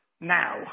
now